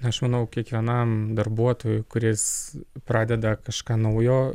aš manau kiekvienam darbuotojui kuris pradeda kažką naujo